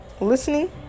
listening